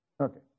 Okay